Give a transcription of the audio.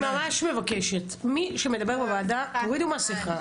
אני ממש מבקשת, מי שמדבר בוועדה, תורידו מסכה.